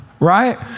Right